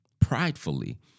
pridefully